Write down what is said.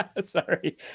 Sorry